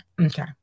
okay